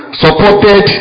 supported